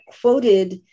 quoted